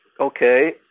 Okay